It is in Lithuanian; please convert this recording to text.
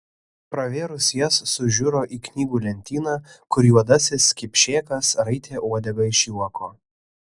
pravėrus jas sužiuro į knygų lentyną kur juodasis kipšėkas raitė uodegą iš juoko